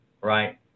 right